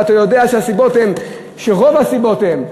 ואתה יודע שרוב הסיבות הן,